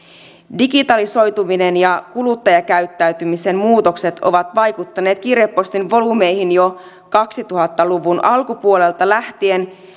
digitalisoituminen ja kuluttajakäyttäytymisen muutokset ovat vaikuttaneet kirjepostin volyymeihin jo kaksituhatta luvun alkupuolelta lähtien